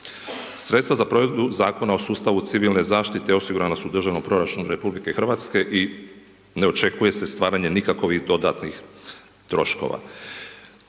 Sredstava za provedbu zakona o sustavu civilne zaštite osigurani su u državnom proračunu RH i ne očekuje se stvaranje nikakvih dodatnih troškova.